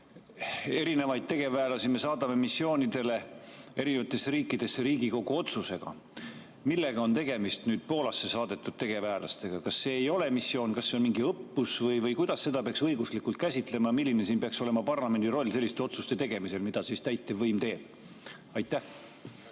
käsitlema? Tegevväelasi me saadame missioonidele eri riikidesse Riigikogu otsusega. Millega on tegemist Poolasse saadetud tegevväelaste puhul? Kas see ei ole missioon, kas see on mingi õppus või kuidas seda peaks õiguslikult käsitlema? Ja milline peaks olema parlamendi roll selliste otsuste tegemisel, mida täitevvõim teeb? Aitäh,